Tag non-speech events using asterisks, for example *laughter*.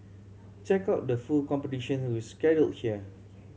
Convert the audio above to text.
check out the full competition *unintelligible* schedule here